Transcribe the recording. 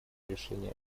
решение